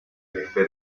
jefe